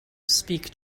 speak